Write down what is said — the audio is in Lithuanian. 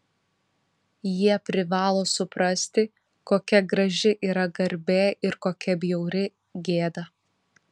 jie privalo suprasti kokia graži yra garbė ir kokia bjauri gėda